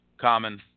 common